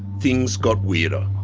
things got weirder.